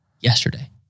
yesterday